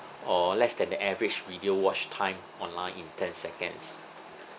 or less than the average video watch time online in ten seconds